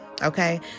Okay